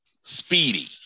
speedy